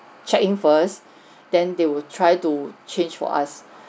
check in first then they will try to change for us